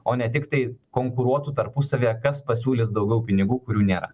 o ne tiktai konkuruotų tarpusavyje kas pasiūlys daugiau pinigų kurių nėra